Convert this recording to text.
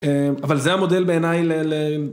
אבל זה המודל בעיניי.